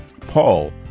Paul